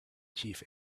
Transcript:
chief